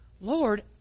Lord